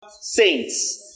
Saints